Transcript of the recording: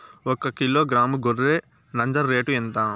ఒకకిలో గ్రాము గొర్రె నంజర రేటు ఎంత?